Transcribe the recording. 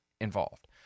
involved